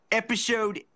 episode